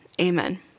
Amen